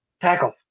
tackles